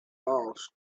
last